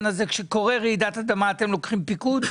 כשקורית רעידת אדמה, האם אתם לוקחים פיקוד?